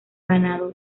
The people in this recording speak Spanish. ganado